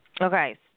Okay